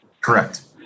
Correct